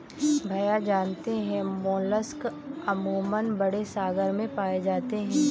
भैया जानते हैं मोलस्क अमूमन बड़े सागर में पाए जाते हैं